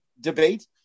debate